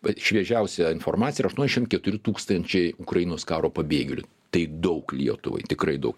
vat šviežiausia informacija yra aštuoniasdešimt keturi tūkstančiai ukrainos karo pabėgėlių tai daug lietuvai tikrai daug